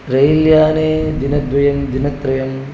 rail याने दिनद्वयं दिनत्रयं